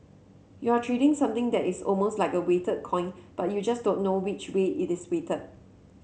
you're trading something that is almost like a weighted coin but you just don't know which way it is weighted